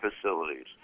facilities